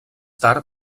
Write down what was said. tard